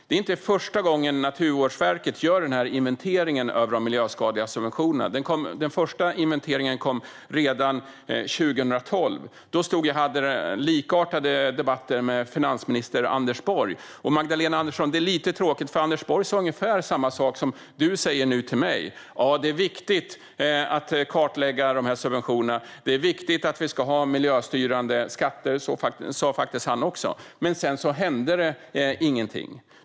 Det är inte första gången Naturvårdsverket gör den här inventeringen av de miljöskadliga subventionerna; den första inventeringen gjordes redan 2012, och då stod jag och hade likartade debatter med dåvarande finansminister Anders Borg. Det är lite tråkigt, Magdalena Andersson, för han sa ungefär samma sak som du nu säger till mig: att det är viktigt att kartlägga subventionerna och att det är viktigt att ha miljöstyrande skatter. Så sa faktiskt han också, men sedan hände det ingenting.